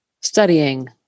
studying